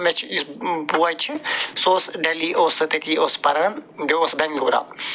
مےٚ چھِ یُس بوے چھِ سُہ اوس ڈٮ۪لی اوس سُہ تٔتی اوس سُہ پران بیٚیہِ اوس بٮ۪نٛگلورا